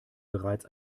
bereits